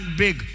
big